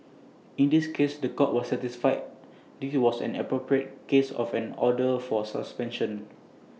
in this case The Court was satisfied this was an appropriate case of an order for suspension